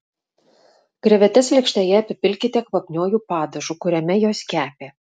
krevetes lėkštėje apipilkite kvapniuoju padažu kuriame jos kepė